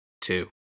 two